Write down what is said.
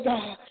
God